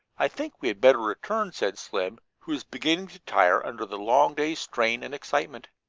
i think we had better return, said slim, who was beginning to tire under the long day's strain and excitement.